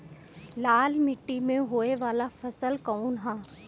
लाल मीट्टी में होए वाला फसल कउन ह?